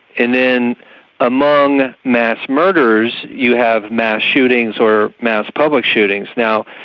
and then among mass murders you have mass shootings or mass public shootings. now,